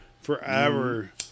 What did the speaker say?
forever